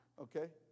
Okay